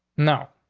no,